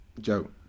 Joe